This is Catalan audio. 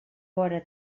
vora